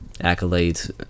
accolades